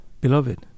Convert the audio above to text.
Beloved